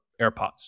AirPods